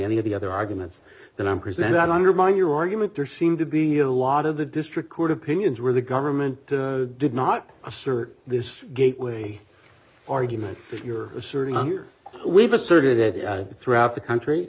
any of the other arguments that i'm presenting undermine your argument there seem to be a lot of the district court opinions where the government did not assert this gateway argument you're asserting here we've asserted throughout the country